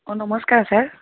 অঁ নমস্কাৰ ছাৰ